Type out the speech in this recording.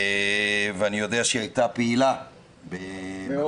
ואני יודע שנטע הייתה פעילה בנושא.